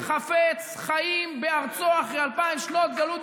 זה עם חפץ חיים בארצו אחרי אלפיים שנות גלות